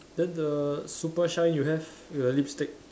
then the super shine you have with the lipstick